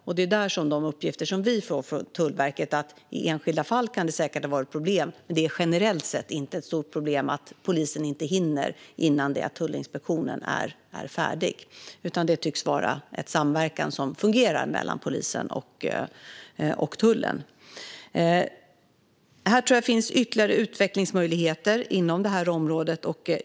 Enligt Tullverkets uppgifter till oss kan det vara ett problem i enskilda fall, men det är generellt sett inte ett stort problem att polisen inte hinner innan tullinspektionen är färdig. Det tycks alltså vara en samverkan som fungerar mellan tullen och polisen. Jag tror att det finns ytterligare utvecklingsmöjligheter inom det här området.